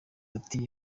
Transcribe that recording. ati